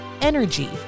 energy